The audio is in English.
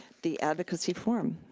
the advocacy forum.